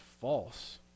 false